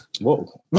Whoa